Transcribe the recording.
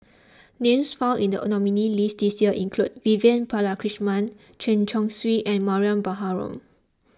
names found in the nominees' list this year include Vivian Balakrishnan Chen Chong Swee and Mariam Baharom